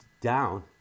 down